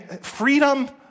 freedom